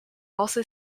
also